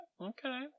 okay